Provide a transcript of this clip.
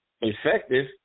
effective